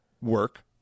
work